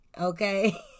okay